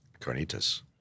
Carnitas